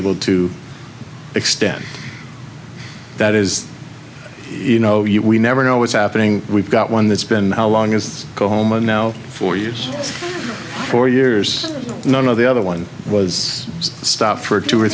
able to extend that is you know we never know what's happening we've got one that's been along it's go home and now four years four years none of the other one was stopped for two or